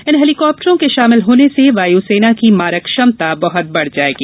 इन helicopter के शामिल होने से वायु सेना की मारक क्षमता बहुत बढ़ जाएगी